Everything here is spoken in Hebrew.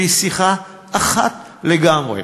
שהיא שיחה אחת לגמרי.